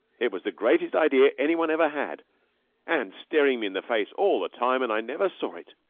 it was the greatest idea any one ever had and staring me in the face all the time and i never saw it!